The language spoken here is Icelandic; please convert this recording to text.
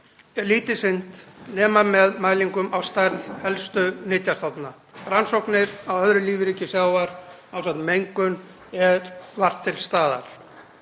lítið sinnt nema með mælingum á stærð helstu nytjastofna. Rannsóknir á öðru lífríki sjávar ásamt mengun eru vart til staðar.